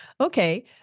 Okay